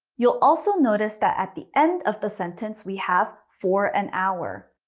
you'll also notice that at the end of the sentence we have for an hour.